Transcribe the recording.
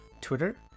Twitter